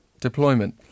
deployment